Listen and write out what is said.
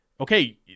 okay